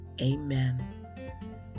Amen